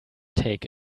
take